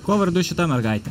kuo vardu šita mergaitė